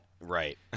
Right